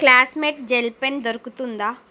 classmate gel pen దొరుకుతుందా